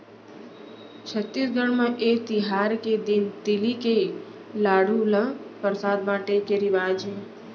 छत्तीसगढ़ म ए तिहार के दिन तिली के लाडू ल परसाद बाटे के रिवाज हे